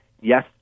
yes